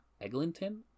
eglinton